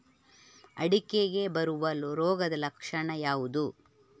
ಅಡಿಕೆಗೆ ಬರುವ ರೋಗದ ಲಕ್ಷಣ ಯಾವುದು?